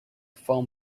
foam